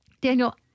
Daniel